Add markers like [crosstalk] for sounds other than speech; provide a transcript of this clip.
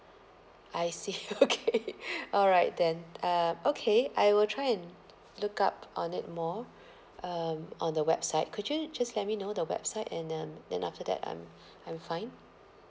I see [laughs] okay alright then ah okay I will try and look up on it more [breath] um on the website could you just let me know the website and um then after that I'm [breath] I'm fine